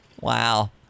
Wow